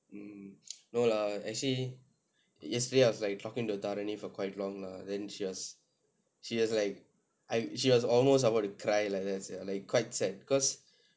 no lah actually yesterday I was like talking to tharani for quite long lah then she was she was like I she was almost about to cry like that sia like quite sad cause